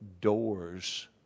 doors